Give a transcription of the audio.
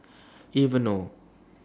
Aveeno